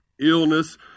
illness